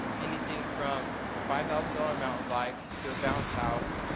anything from a five thousand dollars mountain bike to a bounce house,